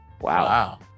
Wow